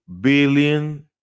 billion